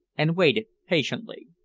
and waited patiently.